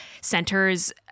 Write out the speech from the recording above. centers